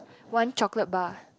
one chocolate bar